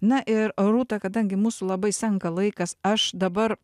na ir rūta kadangi mūsų labai senka laikas aš dabar